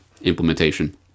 implementation